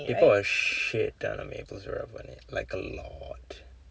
they pour a shit ton of maple syrup on it like a lot